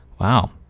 Wow